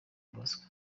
bosco